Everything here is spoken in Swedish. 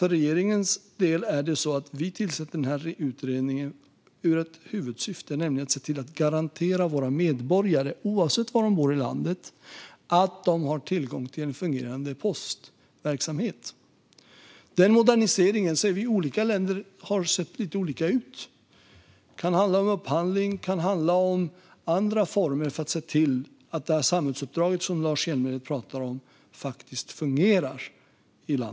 Regeringen tillsätter denna utredning med ett huvudsyfte: att garantera Sveriges medborgare oavsett var i landet de bor tillgång till en fungerande postverksamhet. Moderniseringen ser olika ut i olika länder. Det kan handla om upphandling eller andra former för att det samhällsuppdrag som Lars Hjälmered talar om ska fungera.